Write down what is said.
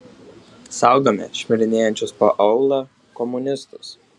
saugome šmirinėjančius po aūlą komunistus